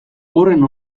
horren